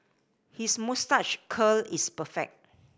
his moustache curl is perfect